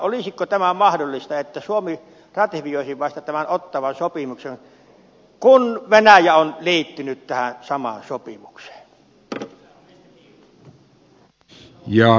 olisiko tämä mahdollista että suomi ratifioisi tämän ottawan sopimuksen vasta kun venäjä on liittynyt tähän samaan sopimukseen